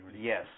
Yes